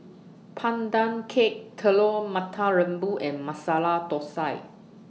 Pandan Cake Telur Mata Lembu and Masala Thosai